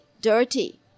dirty